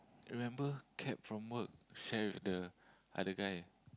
remember cab from work share with the other guy